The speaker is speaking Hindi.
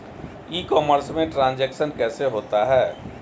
ई कॉमर्स में ट्रांजैक्शन कैसे होता है?